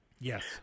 Yes